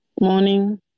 Morning